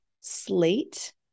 slate